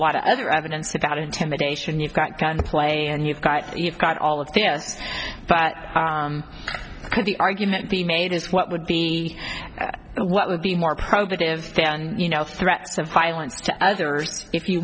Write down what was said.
lot of other evidence about intimidation you've got got to play and you've got you've got all of us but the argument be made is what would be what would be more productive than you know threats of violence to others if you